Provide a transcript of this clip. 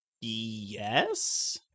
Yes